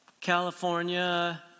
California